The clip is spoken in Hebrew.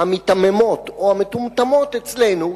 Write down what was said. המיתממות או המטומטמות אצלנו,